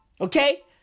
Okay